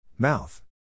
Mouth